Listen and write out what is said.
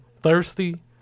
thirsty